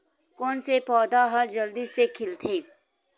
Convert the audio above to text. कोन से पौधा ह जल्दी से खिलथे?